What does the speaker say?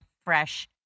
fresh